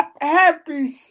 Happy